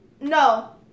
no